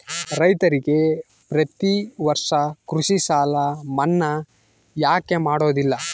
ರೈತರಿಗೆ ಪ್ರತಿ ವರ್ಷ ಕೃಷಿ ಸಾಲ ಮನ್ನಾ ಯಾಕೆ ಮಾಡೋದಿಲ್ಲ?